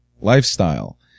lifestyle